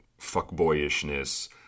fuckboyishness